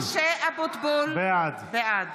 אבוטבול, בעד